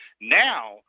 Now